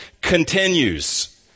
continues